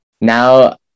now